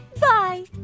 Bye